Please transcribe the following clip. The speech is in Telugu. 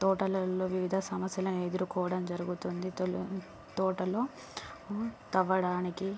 తోటలల్లో వివిధ సమస్యలను ఎదుర్కోవడం జరుగుతుంది తోటలో తవ్వడానికి